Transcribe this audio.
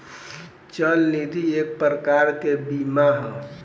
चल निधि एक प्रकार के बीमा ह